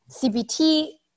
CBT